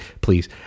please